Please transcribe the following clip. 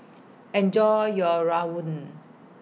Enjoy your Rawon